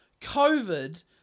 COVID